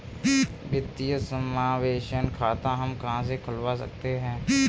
वित्तीय समावेशन खाता हम कहां से खुलवा सकते हैं?